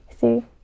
see